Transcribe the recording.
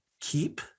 keep